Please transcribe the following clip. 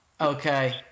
Okay